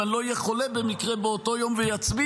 אם אני לא אהיה חולה במקרה באותו יום ויצביע,